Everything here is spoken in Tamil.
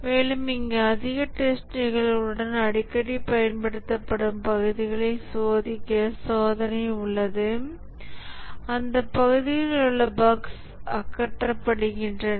மேலும் இங்கு அதிக டெஸ்ட் நிகழ்வுகளுடன் அடிக்கடி பயன்படுத்தப்படும் பகுதிகளை சோதிக்க யோசனை உள்ளது அந்த பகுதிகளில் உள்ள பஃக்ஸ் அகற்றப்படுகின்றன